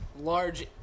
large